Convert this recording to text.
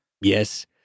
Yes